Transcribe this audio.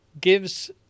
gives